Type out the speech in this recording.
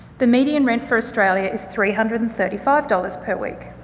the median rent for australia is three hundred and thirty five dollars per week.